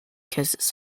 kisses